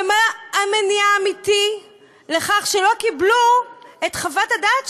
ומה המניע האמיתי לכך שלא קיבלו את חוות הדעת,